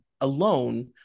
alone